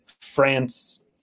France